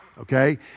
okay